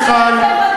מיכל.